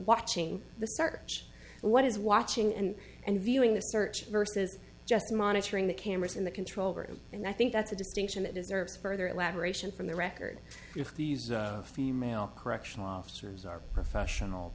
watching the search what is watching and and viewing the search versus just monitoring the cameras in the control room and i think that's a distinction that deserves further elaboration from the record if these female correctional officers are professional